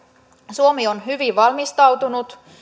suomi on hyvin valmistautunut